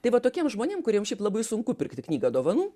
tai va tokiem žmonėm kuriem šiaip labai sunku pirkti knygą dovanų